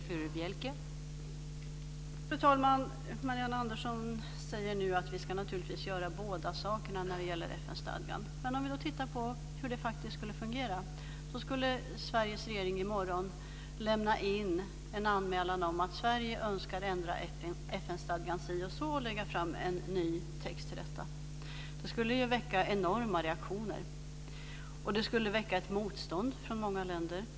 Fru talman! Marianne Andersson säger nu att vi naturligtvis ska göra bådadera när det gäller FN stadgan, men låt oss titta på hur detta faktiskt skulle fungera. Sveriges regering skulle i så fall i morgon lämna en anmälan om att Sverige önskar ändra FN stadgan på det och det sättet och föreslå en ny text. Det skulle skapa enorma reaktioner och väcka ett motstånd från många länder.